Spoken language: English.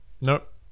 Nope